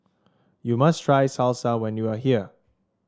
you must try Salsa when you are here